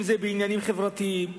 אם בעניינים חברתיים,